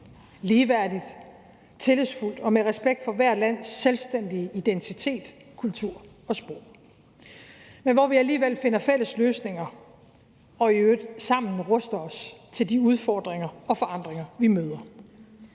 ligeværdigt, tillidsfuldt og med respekt for hvert lands selvstændige identitet, kultur og sprog, men hvor vi alligevel finder fælles løsninger og i øvrigt sammen ruster os til de udfordringer og forandringer, vi møder.